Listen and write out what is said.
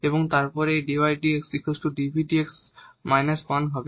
এবং তারপর এই dydx dvdx 1 হবে